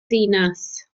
ddinas